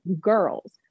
girls